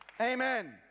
Amen